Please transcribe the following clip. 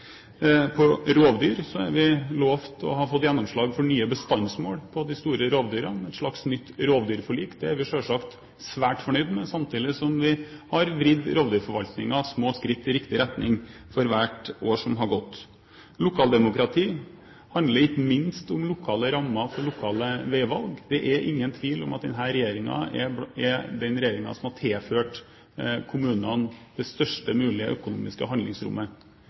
gjelder rovdyr, er vi lovt – og har fått gjennomslag for – nye bestandsmål for de store rovdyrene, et slags nytt rovdyrforlik. Det er vi selvsagt svært fornøyd med, samtidig som vi har vridd rovdyrforvaltningen små skritt i riktig retning for hvert år som har gått. Lokaldemokrati handler ikke minst om lokale rammer for lokale veivalg. Det er ingen tvil om at denne regjeringen er den regjeringen som har tilført kommunene det størst mulige økonomiske handlingsrommet.